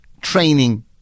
training